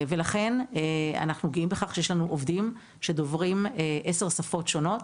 לכן אנחנו גאים בכך שיש לנו עובדים שדוברים 10 שפות שונות,